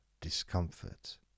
discomfort